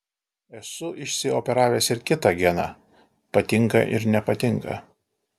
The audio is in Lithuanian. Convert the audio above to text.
esu išsioperavęs ir kitą geną patinka ir nepatinka